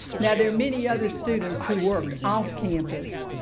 now, there are many other students who worked off campus,